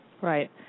Right